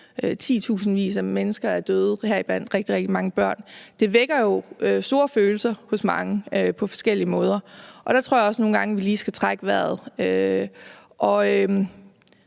titusindvis af mennesker er døde, heriblandt rigtig, rigtig mange børn – vækker jo store følelser hos mange på forskellige måder, og der tror jeg også nogle gange, vi lige skal trække vejret.